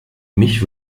mich